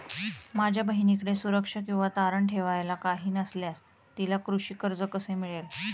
माझ्या बहिणीकडे सुरक्षा किंवा तारण ठेवायला काही नसल्यास तिला कृषी कर्ज कसे मिळेल?